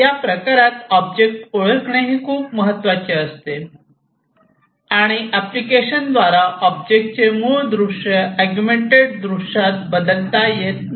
या प्रकारात ऑब्जेक्ट ओळखणे हे खूप महत्त्वाचे असते आणि एप्लीकेशन्स द्वारा ऑब्जेक्ट चे मूळ दृश्य अगुमेन्टेड दृश्यात बदलता येत नाही